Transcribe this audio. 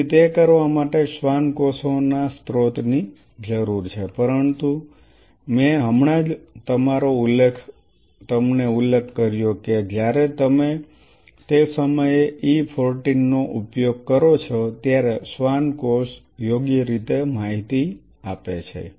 તેથી તે કરવા માટે તમારે શ્વાન કોષોના સ્ત્રોતની જરૂર છે પરંતુ મેં હમણાં જ તમારો ઉલ્લેખ કર્યો છે જ્યારે તમે તે સમયે E 14 નો ઉપયોગ કરો છો ત્યારે શ્વાન કોષ યોગ્ય રીતે માહિતી આપી છે